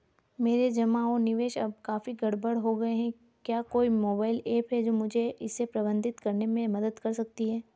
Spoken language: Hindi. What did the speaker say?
मेरे जमा और निवेश अब काफी गड़बड़ हो गए हैं क्या कोई मोबाइल ऐप है जो मुझे इसे प्रबंधित करने में मदद कर सकती है?